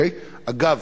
אגב,